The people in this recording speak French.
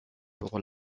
pour